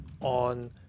on